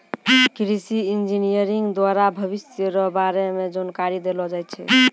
कृषि इंजीनियरिंग द्वारा भविष्य रो बारे मे जानकारी देलो जाय छै